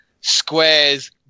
Squares